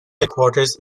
headquarters